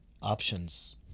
options